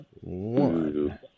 one